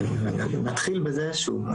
נתחיל בזה, שוב.